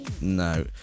No